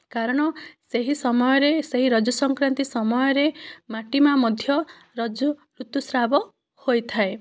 କାରଣ ସେହି ସମୟରେ ସେଇ ରଜ ସଂକ୍ରାନ୍ତି ସମୟରେ ମାଟି ମାଆ ମଧ୍ୟ ରଜ ଋତୁସ୍ରାବ ହୋଇଥାଏ